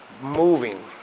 moving